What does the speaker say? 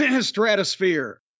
stratosphere